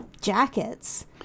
jackets